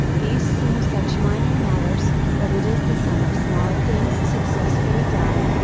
these seem such minor matters, but it is the sum of small things successfully done,